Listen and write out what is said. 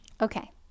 Okay